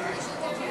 תודה,